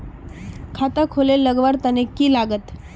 खाता खोले लगवार तने की लागत?